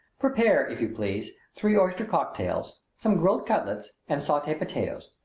prepare, if you please, three oyster cocktails, some grilled cutlets, and saute potatoes.